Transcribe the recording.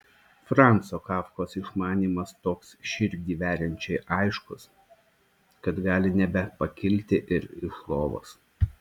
franco kafkos išmanymas toks širdį veriančiai aiškus kad gali nebepakilti ir iš lovos